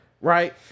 right